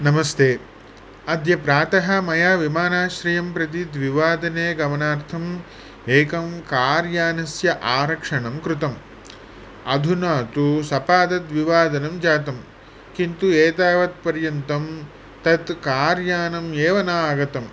नमस्ते अद्य प्रातः मया विमानाश्रयं प्रति द्विवादने गमनार्थम् एकं कार्यानस्य आरक्षणं कृतम् अधुना तु सपादद्विवादनं जातं किन्तु एतावत् पर्यन्तं तत् कार्यानम् एव न आगतं